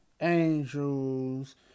Angels